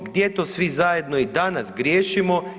Gdje to svi zajedno i danas griješimo?